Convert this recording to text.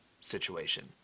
situation